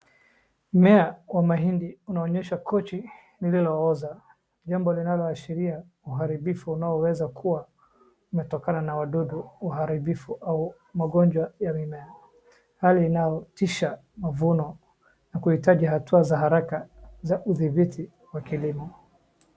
Mmea wa mahindi unaonyesha kochi lililoonza jambo linaloashiria uharibifu unaoweza kuwa umetokana na wadudu waharibifu au magonjwa ya mimea, hali inayotisha mavuno na kuitaji hatua za haraka za uthibiti wa kilimo.